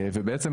ובעצם,